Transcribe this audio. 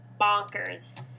bonkers